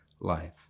life